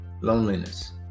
Loneliness